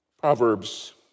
Proverbs